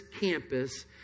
campus